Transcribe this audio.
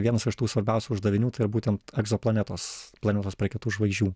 vienas iš tų svarbiausių uždavinių tai yra būtent egzoplanetos planetos prie kitų žvaigždžių